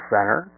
Center